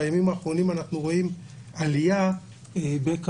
בימים האחרונים אנחנו רואים עלייה בכמויות